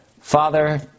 Father